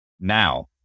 Now